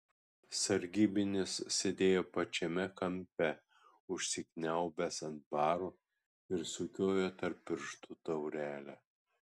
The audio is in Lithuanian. sargybinis sėdėjo pačiame kampe užsikniaubęs ant baro ir sukiojo tarp pirštų taurelę